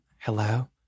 hello